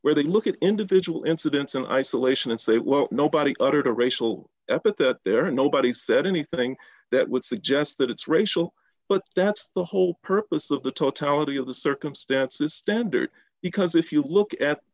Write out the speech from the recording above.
where they look at individual incidents in isolation and say well nobody uttered a racial epithet there nobody said anything that would suggest that it's racial but that's the whole purpose of the totality of the circumstances standard because if you look at